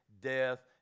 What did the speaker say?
death